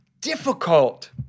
difficult